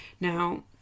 now